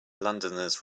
londoners